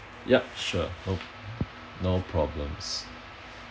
yup sure no no problems